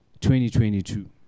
2022